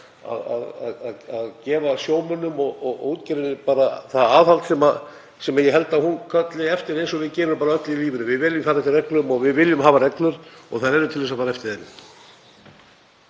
að gefa sjómönnum og útgerðinni það aðhald sem ég held að hún kalli eftir eins og við gerum öll í lífinu. Við viljum fara eftir reglum og við viljum hafa reglur og þær eru til þess að fara eftir þeim.